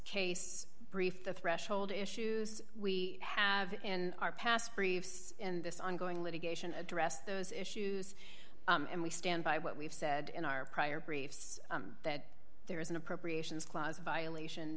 case brief the threshold issues we have in our past briefs in this ongoing litigation addressed those issues and we stand by what we've said in our prior briefs that there is an appropriations clause violation